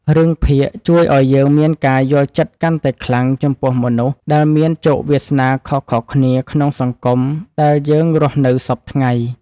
រឿងភាគជួយឱ្យយើងមានការយល់ចិត្តកាន់តែខ្លាំងចំពោះមនុស្សដែលមានជោគវាសនាខុសៗគ្នាក្នុងសង្គមដែលយើងរស់នៅសព្វថ្ងៃ។